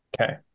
Okay